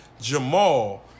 Jamal